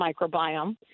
microbiome